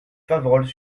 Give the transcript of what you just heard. faverolles